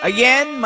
Again